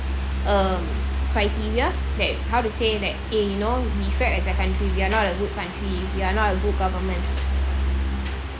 um criteria that how to say that eh you know we failed as a country we are not a good country we are not a good government